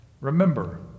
Remember